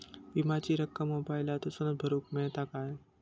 विमाची रक्कम मोबाईलातसून भरुक मेळता काय?